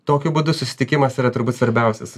tokiu būdu susitikimas yra turbūt svarbiausias